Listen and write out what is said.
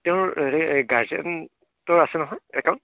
তেওঁৰ হেৰি গাৰ্জেন্টৰ আছে নহয় একাউন্ট